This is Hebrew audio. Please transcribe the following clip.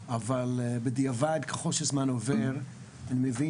אבל בדיעבד ככל שהזמן עובר אני מבין